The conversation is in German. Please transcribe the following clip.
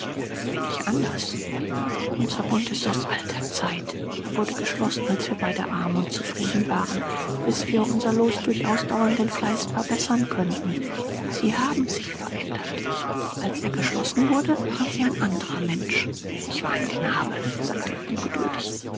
bin ich anders unser bund ist aus alter zeit er wurde geschlossen als wir beide arm und zufrieden waren bis wir unser los durch ausdauernden fleiß verbessern könnten sie haben sich verändert als er geschlossen wurde waren sie ein anderer mensch ich war ein knabe sagte er ungeduldig